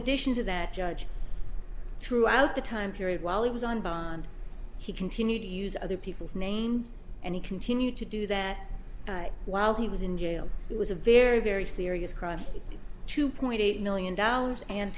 addition to that judge threw out the time period while he was on bond he continued to use other people's names and he continued to do that while he was in jail it was a very very serious crime two point eight million dollars and